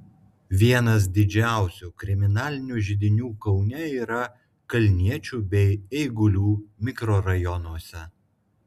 vienas didžiausių kriminalinių židinių kaune yra kalniečių bei eigulių mikrorajonuose